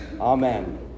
Amen